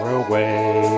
away